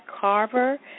Carver